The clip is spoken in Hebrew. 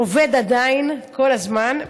עובד עדיין, כל הזמן.